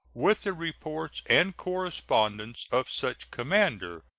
with the reports and correspondence of such commander,